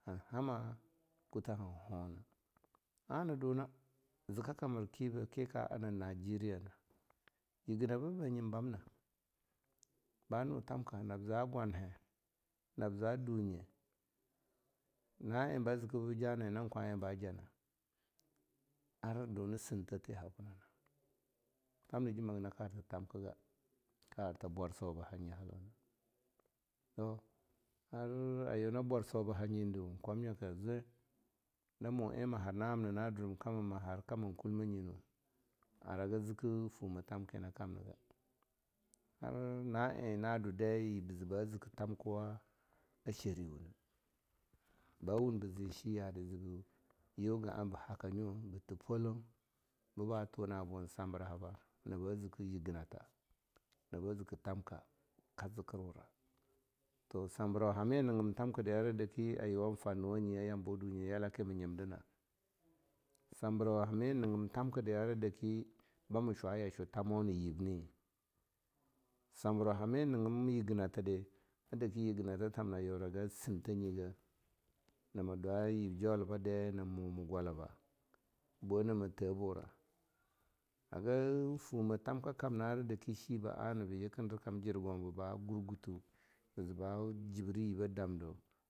Han hama kutih han hona, na duna zika kamir kibeh ki ka ar na Nigeria na. Yigina-banje bamna, ba nu tamka, nab zah gwanhe, nab zah dunje, na eh ba zikeh bibeh jah na nyi-na nyi nan kwan-eh ba bajah na, ar duna sinte-ten ha buna nah, tamna jim haga naka anta tamkiga, ka ar ta bawrso ba hanyi haluna. To ar a yuna bwarso ba hanyi ni duh, kwamyaka zi na mun eh mah har na amna eh na durem kama ma har kulma nyi nuh, araga zikeh fumah tamki na kamna ga, ar na eh na du deh, yib bizi ba ziki tamkewa a shariwuneh, ba wun bi zeh shiya dih bi yiu ga'ah bi haka nyo, biteh polow biba tuna bun sambira-hiba, na ba zikeh yiginta, na ba zikeh tamka ka zikirwura, to sambiraw hameh nigim tamkide ara dake a yuwan farnuwa a yambawa dunye a yalaki mah nyimdina? sambiraw hameh nigim tamki je ara dakeh ba mu shwa yashu tamoh na yib ni? sambiraw hameh a nigim yiginated de a dakeh yiginata tamna yuwa gin sinteh nyi ga? nama dwa yib jauliba deh na ma gwalaba? bweh na ma tebura? haga fumah tamka-kamna ara dakeh shibeh yikindir kam jirgauba ba gur gute, bi zi ba jibreh yibeh damda.